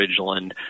Ridgeland